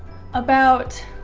about